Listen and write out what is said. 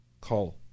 call